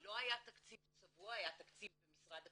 לא היה תקציב צבוע, היה תקציב במשרד הקליטה,